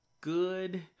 good